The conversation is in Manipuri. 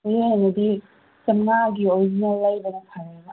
ꯑꯗꯨ ꯑꯣꯏꯔꯗꯤ ꯆꯥꯝꯉꯥꯒꯤ ꯑꯣꯔꯤꯖꯤꯅꯦꯜ ꯂꯩꯕꯅ ꯐꯔꯕ